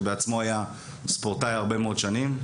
שבעצמו היה ספורטאי הרבה מאוד שנים.